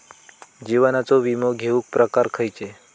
जीवनाचो विमो घेऊक प्रकार खैचे?